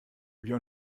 wir